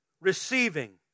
receiving